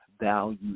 value